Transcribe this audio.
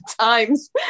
times